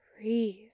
Breathe